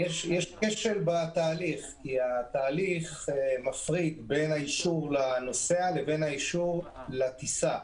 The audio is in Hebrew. יש כשל בתהליך כי התהליך מפריד בין האישור לנוסע לבין אישור לטיסה.